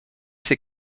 ses